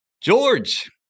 George